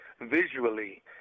visually